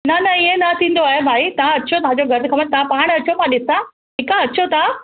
न न इअं न थींदो आहे भाई तां अचो ताजो घरु जी खबरु तां पाण अचो मां ॾिसां ठीक आ अचो तां